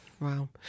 Wow